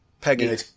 Peggy